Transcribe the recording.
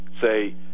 say